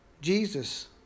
Jesus